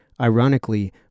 Ironically